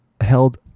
held